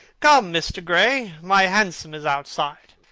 come, mr. gray, my hansom is outside,